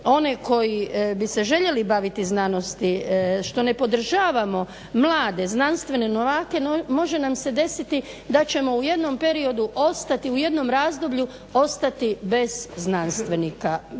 one koji bi se željeli baviti znanosti, što ne podržavamo mlade znanstvene novake može nam se desiti da ćemo u jednom periodu ostati, u jednom razdoblju ostati bez znanstvenika.